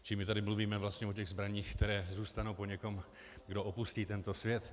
Čili my tady mluvíme vlastně o zbraních, které zůstanou po někom, kdo opustí tento svět.